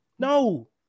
No